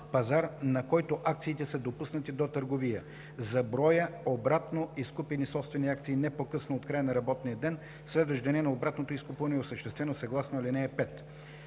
пазар, на който акциите са допуснати до търговия, за броя обратно изкупени собствени акции не по-късно от края на работния ден, следващ деня на обратното изкупуване, осъществено съгласно ал. 5.